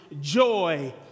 joy